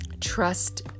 Trust